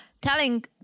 telling